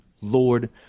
Lord